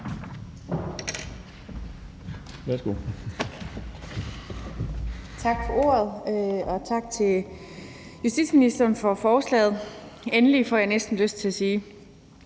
(SP): Tak for ordet, og tak til justitsministeren for forslaget – endelig, får jeg næsten lyst til at sige.